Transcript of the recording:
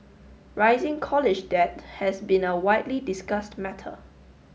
rising college debt has been a widely discussed matter